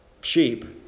sheep